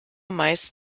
meist